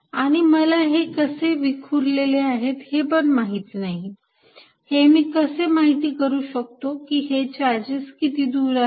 आणि मला हे कसे विखुरलेले आहेत हे पण माहिती नाही हे मी कसे माहिती करू शकतो की हे चार्जेस किती दूर आहेत